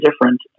different